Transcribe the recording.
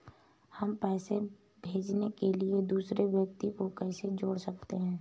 हम पैसे भेजने के लिए दूसरे व्यक्ति को कैसे जोड़ सकते हैं?